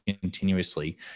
continuously